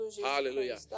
Hallelujah